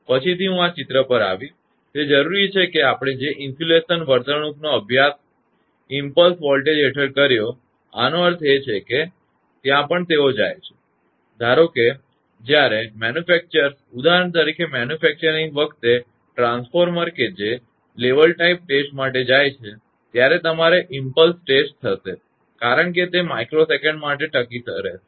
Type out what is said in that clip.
તેથી પછીથી હું આ ચિત્ર પર આવીશ તે જરૂરી છે કે આપણે જે ઇન્સ્યુલેશન વર્તણૂકનો અભ્યાસ ઇમપલ્સ વોલ્ટેજ હેઠળ કર્યો આનો અર્થ એ છે કે ત્યા પણ તેઓ જાય છે ધારો કે જ્યારે ઉત્પાદકો ઉદાહરણ તરીકે મેન્યુફેક્ચરિંગ વખતે ટ્રાન્સફોર્મર્સ કે જે લેવલ ટાઇપ ટેસ્ટ માટે જાય છે ત્યારે તમારે ઇમપલ્સ પરીક્ષણ થશે કારણ કે તે માઇક્રો સેકંડ માટે ટકી રહેશે